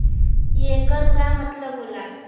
येकर का मतलब होला?